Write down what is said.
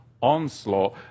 onslaught